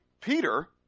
Peter